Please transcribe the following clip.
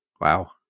Wow